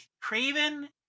Craven